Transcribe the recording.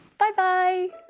bye bye!